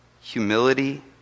humility